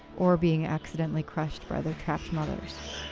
or being accidentally crushed by their trapped mothers.